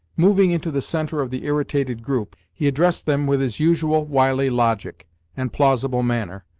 moving into the centre of the irritated group, he addressed them with his usual wily logic and plausible manner,